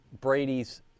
Brady's